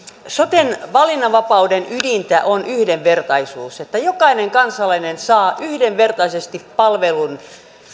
soten valinnanvapauden ydintä on yhdenvertaisuus että jokainen kansalainen saa yhdenvertaisesti palvelun